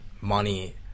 money